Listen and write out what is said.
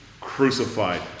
crucified